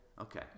Okay